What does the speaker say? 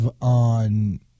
on